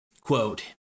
Quote